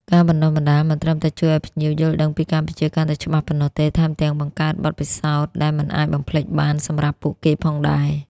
ការបណ្តុះបណ្តាល មិនត្រឹមតែជួយឱ្យភ្ញៀវយល់ដឹងពីកម្ពុជាកាន់តែច្បាស់ប៉ុណ្ណោះទេ ថែមទាំងបង្កើតបទពិសោធន៍ដែលមិនអាចបំភ្លេចបានសម្រាប់ពួកគេផងដែរ។